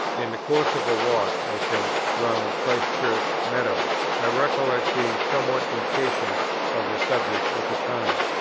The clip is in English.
in the course of a walk, i think, round christ church meadow i recollect being somewhat impatient of the subject at the time.